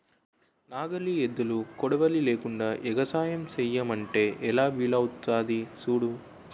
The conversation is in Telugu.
నాగలి, ఎద్దులు, కొడవలి లేకుండ ఎగసాయం సెయ్యమంటే ఎలా వీలవుతాది సూడు